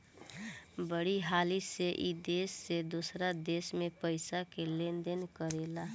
बड़ी हाली से ई देश से दोसरा देश मे पइसा के लेन देन करेला